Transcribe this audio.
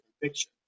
picture